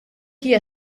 hija